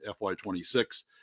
FY26